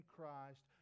Christ